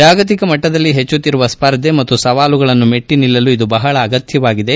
ಜಾಗತಿಕ ಮಟ್ಟದಲ್ಲಿ ಹೆಚ್ಚುತ್ತಿರುವ ಸ್ಪರ್ಧೆ ಮತ್ತು ಸವಾಲುಗಳನ್ನು ಮೆಟ್ಟಿ ನಿಲ್ಲಲು ಇದು ಬಹಳ ಅಗತ್ಯವಾಗಿದೆ